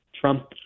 Trump